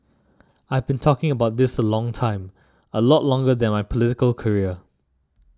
I've been talking about this a long time a lot longer than my political career